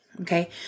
Okay